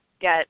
get